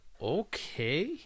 Okay